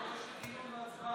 והצבעה, לא?